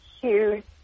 huge